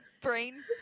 brain